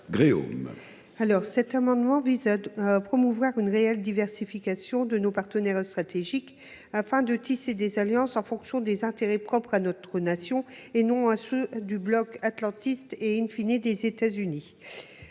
Gréaume. Cet amendement vise à promouvoir une réelle diversification de nos partenariats stratégiques afin de tisser des alliances en fonction des intérêts propres à notre nation, et non à ceux du bloc atlantiste et,, des États-Unis.